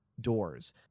doors